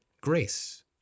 grace